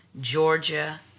Georgia